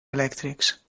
elèctrics